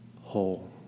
whole